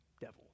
devil